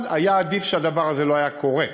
היה עדיף שהדבר הזה לא היה קורה,